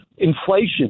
Inflation